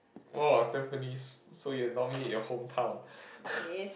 !wah! Tampines so you nominate your hometown